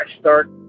start